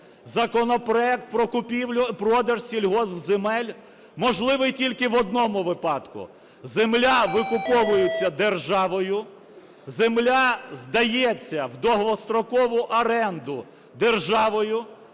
Законопроект про купівлю і продаж сільгоспземель можливий тільки в одному випадку: земля викуповується державою, земля здається в довгострокову оренду державою.